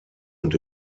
und